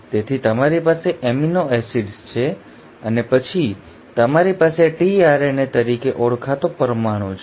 તેથી તમારી પાસે એમિનો એસિડ્સ છે અને પછી તમારી પાસે tRNA તરીકે ઓળખાતો પરમાણુ છે